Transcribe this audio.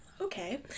Okay